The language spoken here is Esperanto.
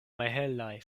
malhelaj